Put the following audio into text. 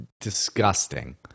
disgusting